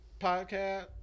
podcast